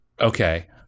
Okay